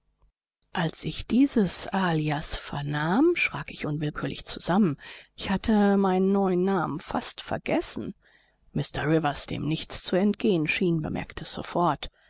als ich dieses alias vernahm schrak ich unwillkürlich zusammen ich hatte meinen neuen namen fast vergessen mr rivers dem nichts zu entgehen schien bemerkte es sofort